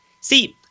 See